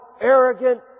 arrogant